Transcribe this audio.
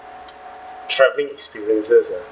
travelling experiences uh